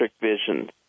Vision